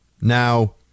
Now